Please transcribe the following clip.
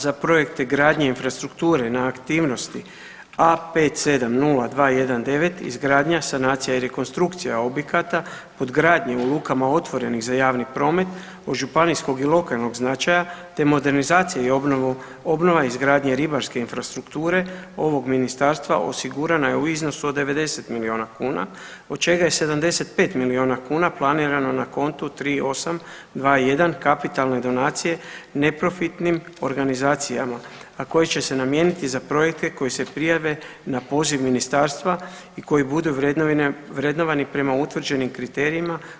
Za projekte gradnje infrastrukture na aktivnosti A 57029 izgradnja, sanacija i rekonstrukcija objekata pod gradnje u lukama otvorenih za javni promet od županijskog i lokalnog značaja te modernizacija, obnova i izgradnja ribarske infrastrukture ovog ministarstva, osigurana je u iznosu od 90 milijuna kuna, od čega je 75 milijuna kuna planirano na kontu 3821 kapitalne donacije neprofitnim organizacijama a koje će se namijeniti za projekte koji se prijave na poziv ministarstva i koji budu vrednovani prema utvrđenim kriterijima.